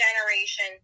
generation